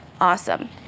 awesome